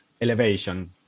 elevation